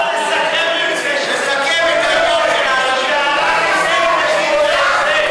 תסכם את העניין של הימים.